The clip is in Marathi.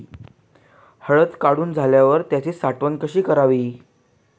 हळद काढून झाल्यावर त्याची साठवण कशी करावी?